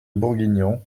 bourguignon